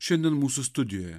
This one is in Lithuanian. šiandien mūsų studijoje